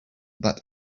that